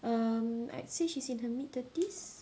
um I'd say she's in her mid thirties